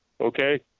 okay